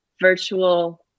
virtual